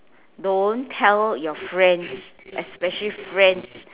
don't tell your friends especially friends